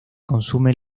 consume